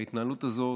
ההתנהלות הזאת,